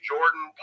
Jordan